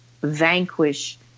vanquish